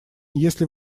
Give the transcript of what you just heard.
если